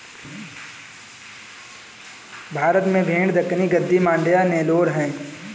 भारत में भेड़ दक्कनी, गद्दी, मांड्या, नेलोर है